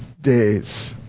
days